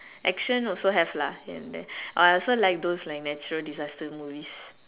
action also have lah here and there I also like those like natural disaster movies